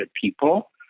people